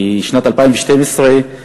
כי את שנת 2012 סיימנו,